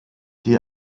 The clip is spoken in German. die